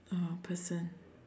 uh person